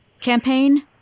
campaign